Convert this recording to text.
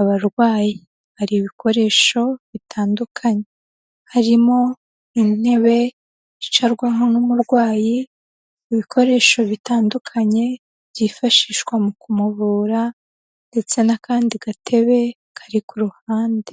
abarwayi, hari ibikoresho bitandukanye harimo intebe yicarwaho n'umurwayi, ibikoresho bitandukanye byifashishwa mu kumuvura ndetse n'akandi gatebe kari ku ruhande.